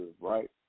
right